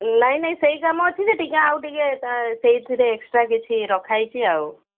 ନାଇଁ ନାଇଁ ସେଇ କାମ ଅଛି ଯେ ଟିକେ ଆଉ ଟିକେ ସେଇଥିରେ ଏକ୍ସଟ୍ରା କିଛି ରଖାହୋଇଛି ଆଉ